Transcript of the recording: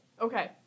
Okay